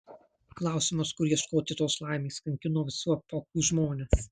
klausimas kur ieškoti tos laimės kankino visų epochų žmones